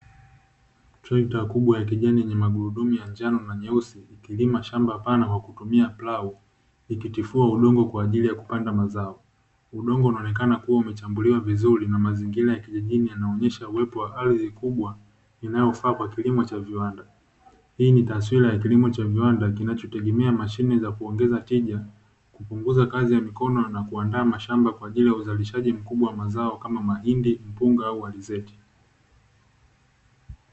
Trekta kubwa ya kijani yenye magurudumu ya njano na nyeusi, ikilima shamba pana kwa kutumia plau, ikitifua udongo kwa ajili ya kupanda mazao. Udongo unaonekana kuwa umechambuliwa vizuri na mazingira ya kijijini yanaonesha uwepo wa ardhi kubwa inayofaa kwa kilimo cha viwanda. Hii ni taswira ya kilimo cha viwanda kinachotegema mashine za kuongeza tija, kupunguza kazi za mikono na kuandaa mashamba kwa ajili ya uzalishaji mkubwa wa mazao kama: mahindi, mpunga au alizeti.